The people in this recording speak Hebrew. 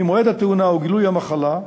ממועד התאונה או גילוי המחלה,